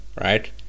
Right